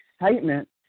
excitement